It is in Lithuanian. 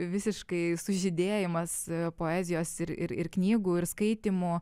visiškai sužydėjimas poezijos ir ir ir knygų ir skaitymų